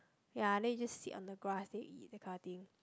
ya then you just sit on the grass and eat that kind of thing